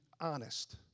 honest